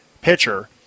pitcher